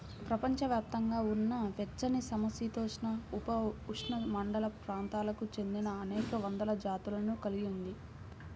ప్రపంచవ్యాప్తంగా ఉన్న వెచ్చనిసమశీతోష్ణ, ఉపఉష్ణమండల ప్రాంతాలకు చెందినఅనేక వందల జాతులను కలిగి ఉంది